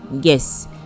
Yes